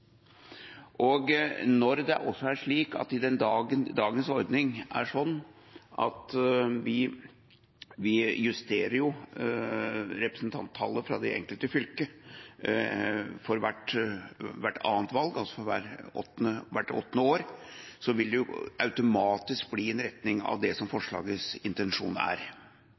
Når det er slik at vi i dagens ordning justerer representanttallet fra det enkelte fylke ved hvert annet valg – altså hvert åttende år – vil det automatisk bli i en retning av det som er forslagets intensjon.